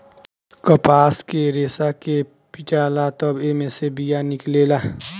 कपास के रेसा के पीटाला तब एमे से बिया निकलेला